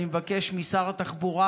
אני מבקש משר התחבורה,